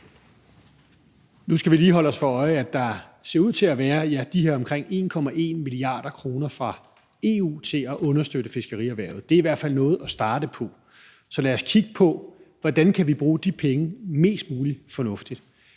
Nu skal vi lige holde os for øje, at der ser ud til at være de her omkring 1,1 mia. kr. fra EU til at understøtte fiskerierhvervet. Det er i hvert fald noget at starte på. Så lad os kigge på, hvordan vi kan bruge de penge mest fornuftigt.